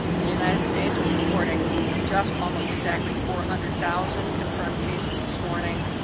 the united states was reporting just almost exactly four hundred thousand confirmed cases this morning,